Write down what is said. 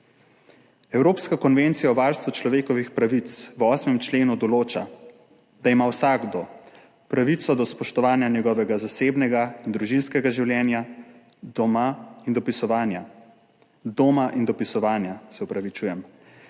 Evropska konvencija o varstvu človekovih pravic v 8. členu določa, da ima vsakdo pravico do spoštovanja njegovega zasebnega in družinskega življenja, doma in dopisovanja. Dejstvo je, da se javna